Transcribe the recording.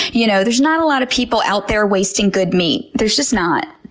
you know there's not a lot of people out there wasting good meat. there's just not.